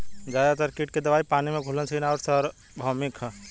ज्यादातर कीट के दवाई पानी में घुलनशील आउर सार्वभौमिक ह?